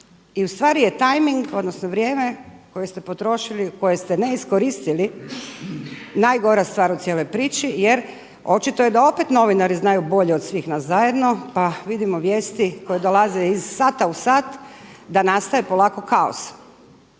I u stvari je timing, odnosno vrijeme koje ste potrošili, koje ste ne iskoristili najgora stvar u cijeloj priči, jer očito je da opet novinari znaju bolje od svih nas zajedno, pa vidimo vijesti koje dolaze iz sata u sat da nastaje polako kaos.